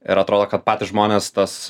ir atrodo kad patys žmonės tas